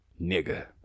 nigga